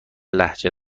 لهجه